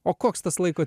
o koks tas laiko